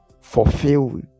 fulfill